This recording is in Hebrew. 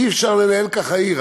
אי-אפשר לנהל ככה עיר.